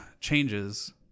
changes